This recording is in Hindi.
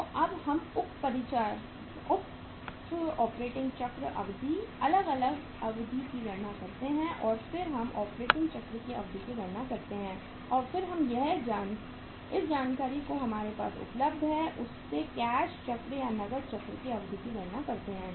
तो अब हम उक्त ऑपरेटिंग चक्र अवधि अलग अलग अवधि की गणना करते हैं और फिर हम ऑपरेटिंग चक्र की अवधि की गणना करते हैं और फिर हम इस जानकारी जो हमारे पास उपलब्ध है उससे कैश चक्र या नगद चक्र की अवधि की गणना करते हैं